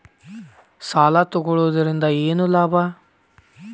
ಸಾಲ ತಗೊಳ್ಳುವುದರಿಂದ ಏನ್ ಲಾಭ?